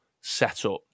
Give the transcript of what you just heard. setup